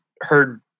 heard